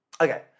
Okay